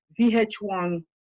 VH1